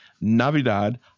Navidad